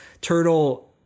turtle